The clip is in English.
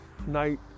night